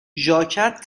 ژاکت